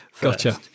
gotcha